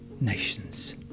nations